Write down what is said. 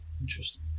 Interesting